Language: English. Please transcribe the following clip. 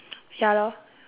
ya lor